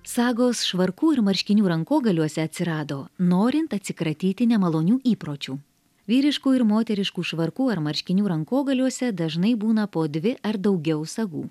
sagos švarkų ir marškinių rankogaliuose atsirado norint atsikratyti nemalonių įpročių vyriškų ir moteriškų švarkų ar marškinių rankogaliuose dažnai būna po dvi ar daugiau sagų